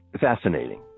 Fascinating